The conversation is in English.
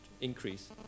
increase